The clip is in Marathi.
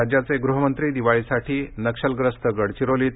राज्याचे गृहमंत्री दिवाळीसाठी नक्षलग्रस्त गडचिरोलीत